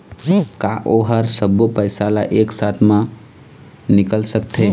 का ओ हर सब्बो पैसा ला एक साथ म निकल सकथे?